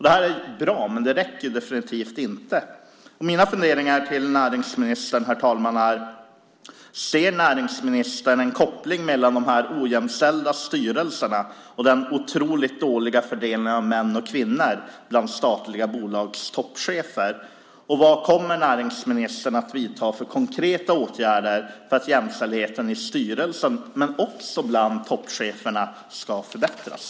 Det här är bra, men det räcker definitivt inte. Mina funderingar till näringsministern, herr talman, är: Ser näringsministern en koppling mellan de ojämställda styrelserna och den otroligt dåliga fördelningen av män och kvinnor bland statliga bolags toppchefer? Vilka konkreta åtgärder kommer näringsministern att vidta för att jämställdheten i styrelser men också bland toppcheferna ska förbättras?